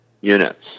units